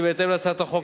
כי בהתאם להצעת החוק,